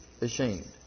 ashamed